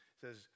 says